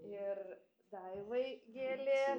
ir daivai gėlė